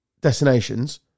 destinations